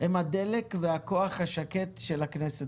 הדלק והכוח השקט של הכנסת.